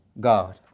God